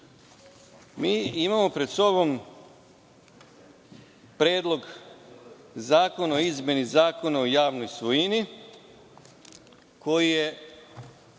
imamo pred sobom Predlog zakona o izmeni Zakona o javnoj svojini koji je